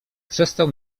przestał